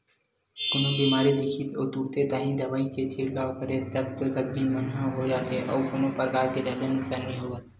कोनो बेमारी दिखिस अउ तुरते ताही दवई के छिड़काव करेस तब तो सब्जी पान हो जाथे अउ कोनो परकार के जादा नुकसान नइ होवय